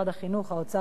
האוצר והתמ"ת